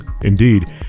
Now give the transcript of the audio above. Indeed